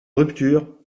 rupture